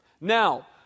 Now